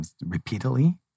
repeatedly